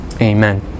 Amen